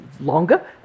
longer